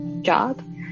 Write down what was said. job